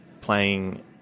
playing